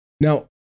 Now